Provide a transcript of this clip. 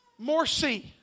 Morsi